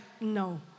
no